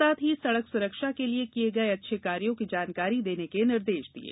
साथ ही सड़क सुरक्षा के लिये किये गये अच्छे कार्यों की जानकारी देने के निर्देश दिये